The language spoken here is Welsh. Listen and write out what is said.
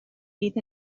fydd